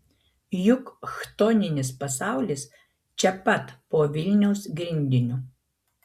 juk chtoninis pasaulis čia pat po vilniaus grindiniu